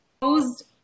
closed